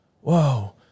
whoa